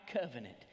covenant